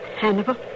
Hannibal